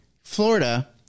Florida